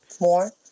more